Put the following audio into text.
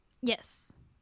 Yes